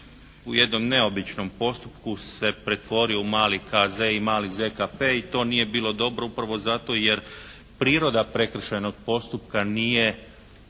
u jednom neobičnom postupku se pretvorio u mali KZ i mali ZKP i to nije bilo dobro upravo zato jer priroda prekršajnog postupka nije